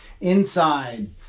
inside